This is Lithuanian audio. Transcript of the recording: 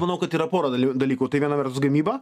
manau kad yra pora dalykų tai viena vertus gamyba